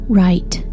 right